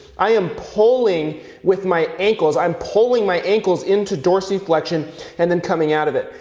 i am pulling with my ankles. i am pulling my ankles into dorsiflexsion and then coming out of it.